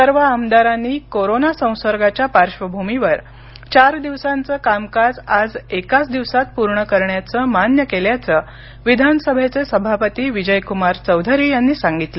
सर्व आमदारांनी कोरोना संसर्गाच्या पार्श्वभूमीवर चार दिवसांचं कामकाज आज एकाच दिवसात पूर्ण करण्याचं मान्य केल्याचं विधानसभेचे सभापती विजय कुमार चौधरी यांनी सांगितलं